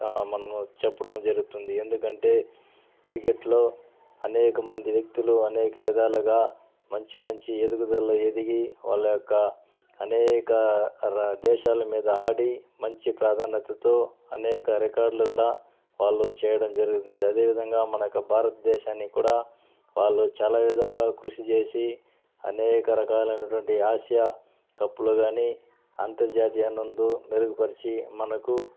మనము చెప్పడం జరుగుతుంది ఎందుకంటే క్రికెట్లో అనేకమంది వ్యక్తులు అనేక విధాలుగా మంచి మంచి ఎదుగుదల ఎదిగి వాళ్ళ యొక్క అనేక దేశాల మీద ఆడి మంచి ప్రాధాన్యతతో అనేక రికార్డులు కూడా వాళ్ళు చేయడం జరుగుతుంది అదేవిధంగా మనకు భారతదేశాన్ని కూడా వాళ్ళు చాలా విధంగా కృషిచేసి అనేక రకాలైనటువంటి ఆసియా కప్పులు కాని అంతర్జాతీయ నందు మెరుగుపరిచి మనకు